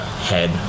head